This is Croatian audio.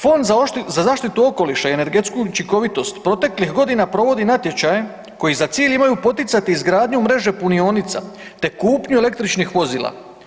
Fond za zaštitu okoliša i energetsku učinkovitost proteklih godina provodi natječaj koji za cilj imaju poticati izgradnju mreže punionica, te kupnju električnih vozila.